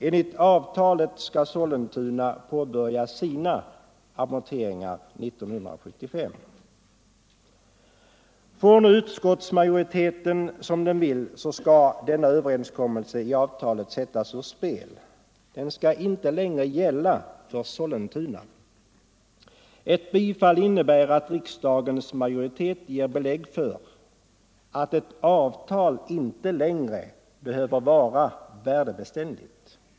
Enligt avtalet skall Sollentuna påbörja sina amorteringar 1975. Om utskottsmajoriteten får som den vill skall denna överenskommelse i avtalet sättas ur spel. Den skall inte längre gälla för Sollentuna. Ett bifall till utskottets hemställan på den här punkten ger belägg för att ett avtal inte längre är värdebeständigt.